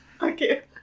Okay